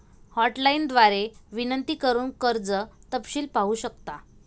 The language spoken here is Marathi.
हॉटलाइन द्वारे विनंती करून कर्ज तपशील पाहू शकता